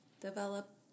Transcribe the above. develop